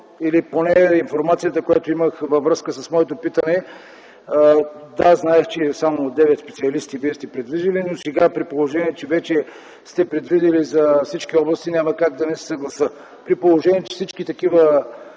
по информацията, която имах във връзка с моето питане, да, зная, че Вие сте предвидили само 9 специалисти, но сега, при положение, че вече сте предвидили за всички области, няма как да не се съглася. При положение, че всички такива